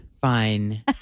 Fine